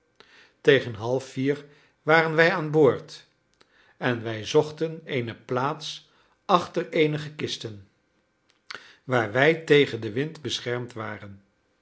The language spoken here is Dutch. tegen halfvier waren wij aan boord en wij zochten eene plaats achter eenige kisten waar wij tegen den wind beschermd waren